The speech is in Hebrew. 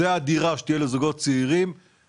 זו הדירה שתהיה לזוגות צעירים,